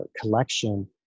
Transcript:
collection